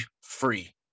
free